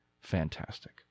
fantastic